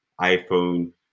iPhone